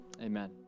Amen